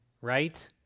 right